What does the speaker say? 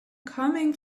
coming